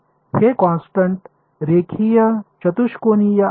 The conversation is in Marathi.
हे कॉन्स्टन्ट रेखीय चतुष्कोणीय आहे का